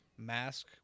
mask